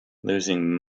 losing